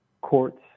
courts